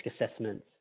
assessments